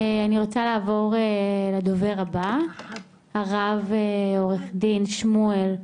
אני רוצה לעבור לרב עו"ד שמואל,